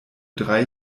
drei